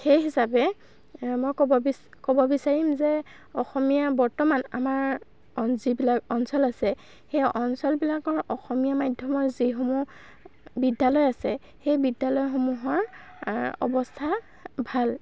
সেই হিচাপে মই ক'ব বি ক'ব বিচাৰিম যে অসমীয়া বৰ্তমান আমাৰ যিবিলাক অঞ্চল আছে সেই অঞ্চলবিলাকৰ অসমীয়া মাধ্যমৰ যিসমূহ বিদ্যালয় আছে সেই বিদ্যালয়সমূহৰ অৱস্থা ভাল